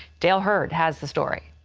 dale hurd has the story.